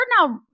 now